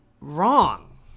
wrong